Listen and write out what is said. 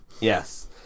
Yes